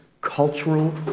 cultural